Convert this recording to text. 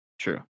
True